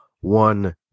one